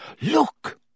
Look